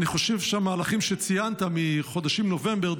אני חושב שהמהלכים שציינת מחודשים נובמבר,